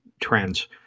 trends